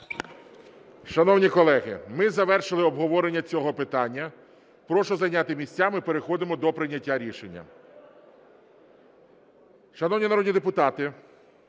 Шановні колеги, ми завершили обговорення цього питання. Прошу зайняти місця, ми переходимо до прийняття рішення.